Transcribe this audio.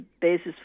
basis